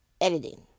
editing